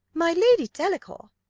my lady delacour,